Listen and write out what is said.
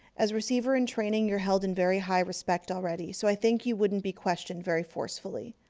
as receiver-in-training, you're held in very high re spect already. so i think you wouldn't be questioned very forcefully.